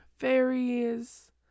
fairies